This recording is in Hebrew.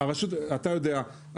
אתה יודע,